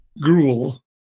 gruel